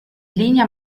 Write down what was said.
linea